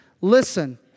listen